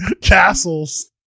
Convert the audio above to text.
castles